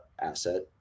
asset